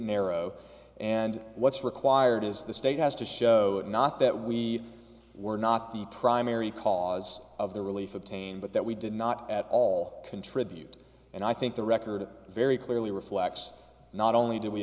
narrow and what's required is the state has to show not that we were not the primary cause of the relief of pain but that we did not at all contribute and i think the record very clearly reflects not only do we